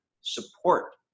support